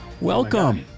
Welcome